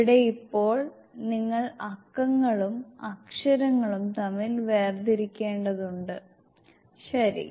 ഇവിടെ ഇപ്പോൾ നിങ്ങൾ അക്കങ്ങളും അക്ഷരങ്ങളും തമ്മിൽ വേർതിരിക്കേണ്ടതുണ്ട് ശരി